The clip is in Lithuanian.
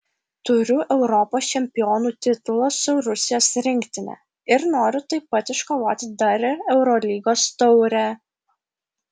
turiu europos čempionų titulą su rusijos rinktine ir noriu taip pat iškovoti dar ir eurolygos taurę